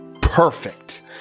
Perfect